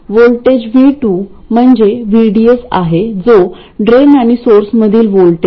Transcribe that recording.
voltage V2 म्हणजे VDS आहे जो ड्रेन आणि सोर्समधील व्होल्टेज आहे